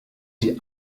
die